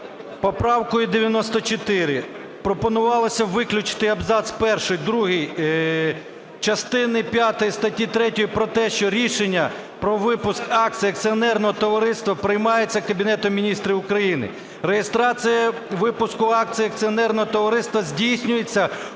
Поправкою 94 пропонувалося виключити абзац перший, другий частини п'ятої статті 3 про те, що рішення про випуск акцій акціонерного товариства приймається Кабінетом Міністрів України. Реєстрація випуску акцій акціонерного товариства здійснюється в